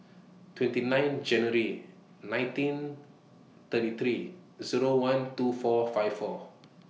twenty nine January nineteen thirty three Zero one two four five four